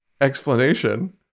explanation